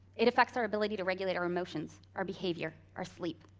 it affects our ability to regulate our emotions, our behavior, our sleep.